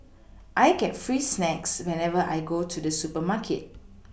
I get free snacks whenever I go to the supermarket